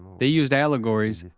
they used allegories.